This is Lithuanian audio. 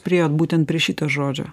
priėjot būtent prie šito žodžio